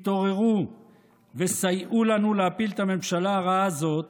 התעוררו וסייעו לנו להפיל את הממשלה הרעה הזאת